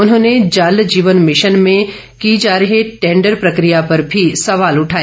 उन्होंने जल जीवन मिशन में की जा रही टेंडर प्रक्रिया पर भी सवाल उठाए